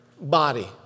body